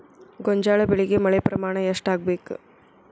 ಗೋಂಜಾಳ ಬೆಳಿಗೆ ಮಳೆ ಪ್ರಮಾಣ ಎಷ್ಟ್ ಆಗ್ಬೇಕ?